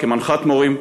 כמנחת מורים,